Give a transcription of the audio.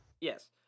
yes